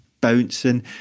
bouncing